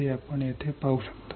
हे आपण येथे पाहू शकता